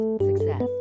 success